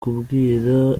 kubwira